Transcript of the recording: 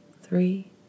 three